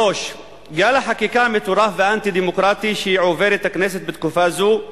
3. גל החקיקה המטורף והאנטי-דמוקרטי שעוברת הכנסת בתקופה זו,